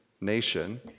nation